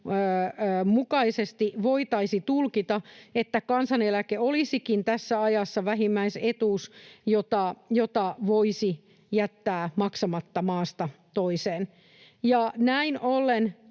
mukaisesti voitaisiin tulkita, että kansaneläke olisikin tässä ajassa vähimmäisetuus, jota voisi jättää maksamatta maasta toiseen. Ja näin ollen